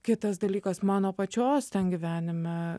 kitas dalykas mano pačios ten gyvenime